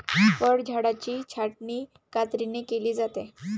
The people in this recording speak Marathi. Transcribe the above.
फळझाडांची छाटणी कात्रीने केली जाते